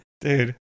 Dude